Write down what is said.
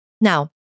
Now